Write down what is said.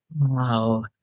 Wow